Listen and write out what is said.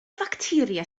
facteria